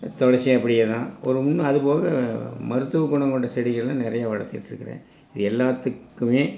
துளசியும் அப்படியே தான் ஒரு இன்னும் அது போக மருத்துவ குணம் கொண்ட செடிகளெலாம் நிறைய வளர்த்திட்ருக்குறேன் இது எல்லாத்துக்குமே